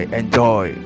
enjoy